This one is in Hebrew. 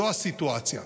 זו הסיטואציה.